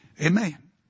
Amen